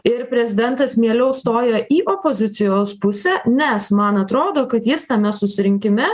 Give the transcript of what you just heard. ir prezidentas mieliau stojo į opozicijos pusę nes man atrodo kad jis tame susirinkime